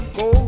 go